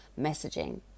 messaging